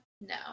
No